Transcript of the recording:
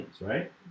right